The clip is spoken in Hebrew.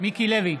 מיקי לוי,